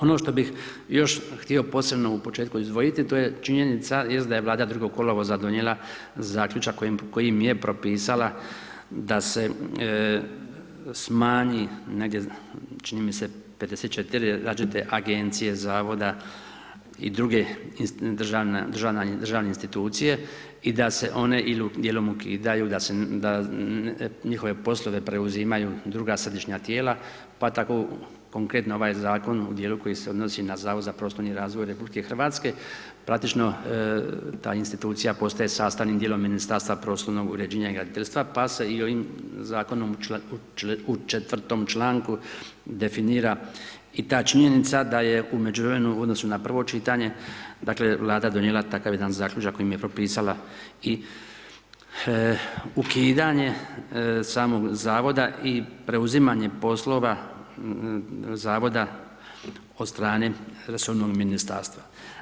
Ono što bih još htio posebno u početku izdvojiti, to je činjenica jest da je Vlada 2. kolovoza donijela zaključak kojim je propisala da se smanji negdje čini mi se 54 različite agencije, zavoda i druge državne institucije i da se one idu dijelom ukidaju, da njihove poslove preuzimaju druga središnja tijela, pa tako konkretno ovaj zakon u dijelu koji se odnosi na Zavod za prostorni razvoj RH, praktično ta institucija postaje sastavni dio Ministarstva prostornog uređenja i graditeljstva pa se i ovim zakonom u 4. članku definira i ta činjenica da je u međuvremenu u odnosu na prvo čitanje dakle Vlada donijela takav jedan zaključak kojim je propisala i ukidanje samog zavoda i preuzimanje poslova zavoda od strane resornog ministarstva.